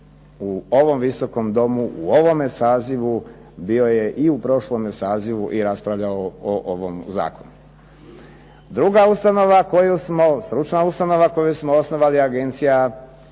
u ovom Visokom domu u ovome sazivu bio je i u prošlome sazivu i raspravljao o ovom zakonu. Druga ustanova koju smo, stručna ustanova koju smo osnovali je Agencija